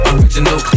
Original